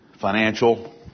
financial